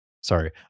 Sorry